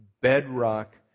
bedrock